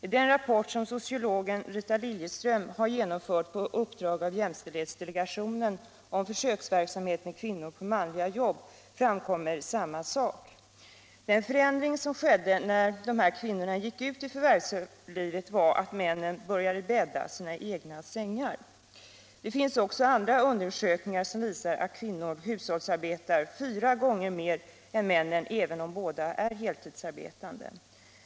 I den rapport som sociologen Rita Liljeström genomfört på uppdrag av jämställdhetsdelegationen, om försöksverksamheten med kvinnor på manliga jobb, framkommer samma sak. Den förändring som skedde när dessa kvinnor gick ut i förvärvslivet var att männen började bädda sina egna sängar. Det finns också andra undersökningar som visar att kvinnor hushållsarbetar fyra gånger mer än männen även om båda är heltidsarbetande.